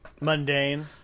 mundane